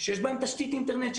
שיש בהם תשתית אינטרנט,